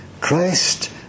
Christ